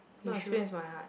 not as free as my heart